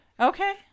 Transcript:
Okay